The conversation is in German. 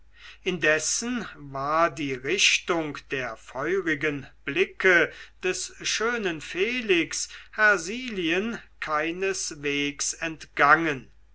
indessen war die richtung der feurigen blicke des schönen felix hersilien keineswegs entgangen